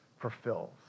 fulfills